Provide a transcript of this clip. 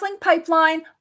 Pipeline